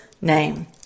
name